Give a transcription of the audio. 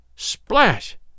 Splash